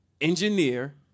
Engineer